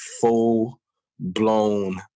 full-blown